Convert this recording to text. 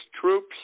troops